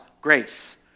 grace